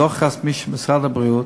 דוח רשמי של משרד הבריאות,